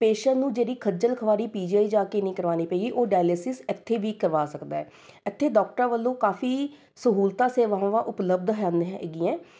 patient ਨੂੰ ਜਿਹੜੀ ਖੱਜਲ ਖੁਆਰੀ ਪੀਜੀਆਈ ਜਾ ਕੇ ਨਹੀਂ ਕਰਵਾਉਣੀ ਪਏਗੀ ਉਹ ਡਾਇਲੈਸਿਸ ਇੱਥੇ ਵੀ ਕਰਵਾ ਸਕਦਾ ਹੈ ਇੱਥੇ ਡਾਕਟਰਾਂ ਵੱਲੋਂ ਕਾਫੀ ਸਹੂਲਤਾਂ ਸੇਵਾਵਾਂ ਉਪਲਬਧ ਹਨ ਹੈਗੀਆਂ